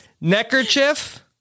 Neckerchief